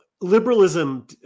liberalism